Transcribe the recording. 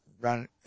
Run